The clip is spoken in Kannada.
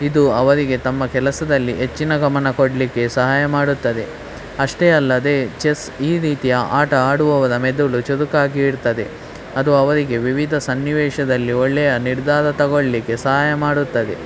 ಇದು ಅವರಿಗೆ ತಮ್ಮ ಕೆಲಸದಲ್ಲಿ ಹೆಚ್ಚಿನ ಗಮನ ಕೊಡಲಿಕ್ಕೆ ಸಹಾಯ ಮಾಡುತ್ತದೆ ಅಷ್ಟೇ ಅಲ್ಲದೇ ಚೆಸ್ ಈ ರೀತಿಯ ಆಟ ಆಡುವವರ ಮೆದುಳು ಚುರುಕಾಗಿ ಇರ್ತದೆ ಅದು ಅವರಿಗೆ ವಿವಿಧ ಸನ್ನಿವೇಶದಲ್ಲಿ ಒಳ್ಳೆಯ ನಿರ್ಧಾರ ತಗೊಳ್ಳಲಿಕ್ಕೆ ಸಹಾಯ ಮಾಡುತ್ತದೆ